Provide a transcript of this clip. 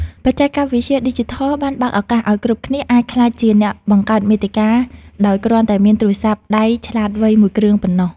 បច្ចេកវិទ្យាឌីជីថលបានបើកឱកាសឱ្យគ្រប់គ្នាអាចក្លាយជាអ្នកបង្កើតមាតិកាដោយគ្រាន់តែមានទូរស័ព្ទដៃឆ្លាតវៃមួយគ្រឿងប៉ុណ្ណោះ។